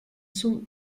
zum